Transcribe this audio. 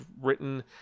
written